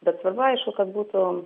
bet svarbu aišku kad būtų